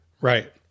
Right